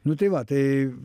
nu tai va tai